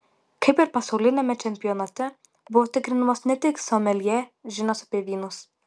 kaip ir pasauliniame čempionate buvo tikrinamos ne tik someljė žinios apie vynus